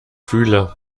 fühle